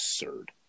absurd